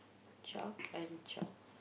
twelve and twelve